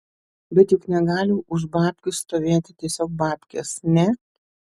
bet juk negali už babkių stovėti tiesiog babkės ne